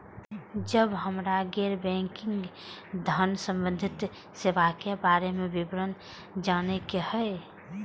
जब हमरा गैर बैंकिंग धान संबंधी सेवा के बारे में विवरण जानय के होय?